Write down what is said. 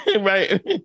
Right